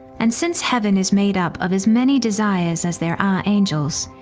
and since heaven is made up of as many desires as there are angels,